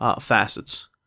facets